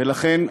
ולכן,